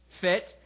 fit